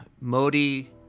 Modi